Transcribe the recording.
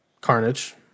Carnage